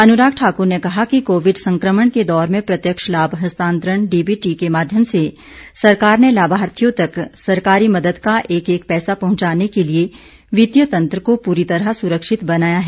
अनुराग ठाकुर ने कहा कि कोविड संक्रमण के दौर में प्रत्यक्ष लाभ हस्तांतरण डीबीटी के माध्यम से सरकार ने लाभार्थियों तक सरकारी मदद का एक एक पैसा पहुंचाने के लिए वित्तीय तंत्र को पूरी तरह सुरक्षित बनाया है